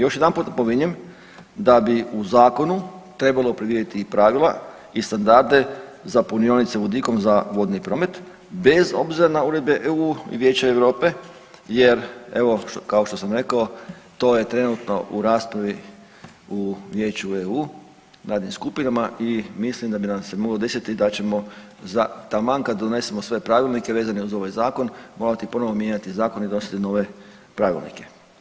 Još jedanput napominjem da bi u zakonu trebalo predvidjeti i pravila i standarde za punionice vodikom za vodni promet, bez obzira na uredbe EU i Vijeća Europe jer evo kao što sam rekao to je trenutno u raspravi u Vijeću EU radnim skupinama i mislim da bi nam se moglo desiti da ćemo za taman kad donesemo sve pravilnike vezane uz ovaj zakon morati ponovo mijenjati zakon i donositi nove pravilnike.